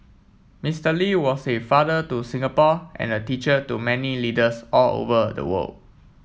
Mister Lee was a father to Singapore and a teacher to many leaders all over the world